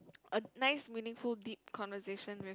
a nice meaningful deep conversation with